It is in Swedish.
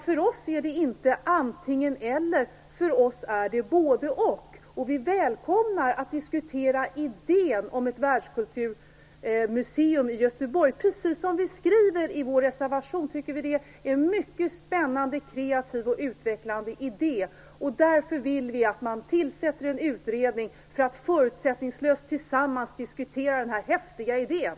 För oss är det inte antingen-eller, utan för oss är det både-och. Vi välkomnar en diskussion kring idén om ett världskulturmuseum. Precis som vi skriver i vår reservation tycker vi att det är en mycket spännande, kreativ och utvecklande idé. Därför vill vi att man tillsätter en utredning för att förutsättningslöst tillsammans diskutera den här häftiga idén.